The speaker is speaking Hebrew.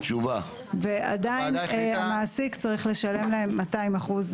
ועדיין המעסיק צריך לשלם להם 200%